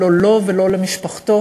לא לו ולא למשפחתו,